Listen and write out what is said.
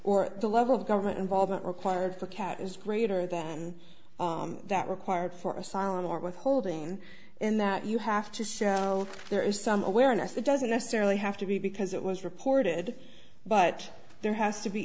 of government involvement required for a cat is greater than that required for asylum or withholding and that you have to show there is some awareness that doesn't necessarily have to be because it was reported but there has to be